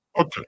Okay